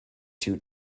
too